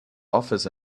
office